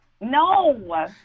No